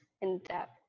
in-depth